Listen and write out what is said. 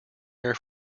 air